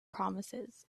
promises